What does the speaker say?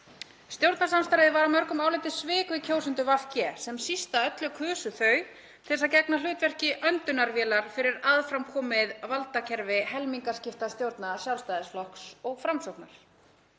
Stjórnarsamstarfið var af mörgum álitið svik við kjósendur VG sem síst af öllu kusu þau til að gegna hlutverki öndunarvélar fyrir aðframkomið valdakerfi helmingaskiptastjórnar Sjálfstæðisflokks og Framsóknar.